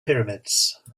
pyramids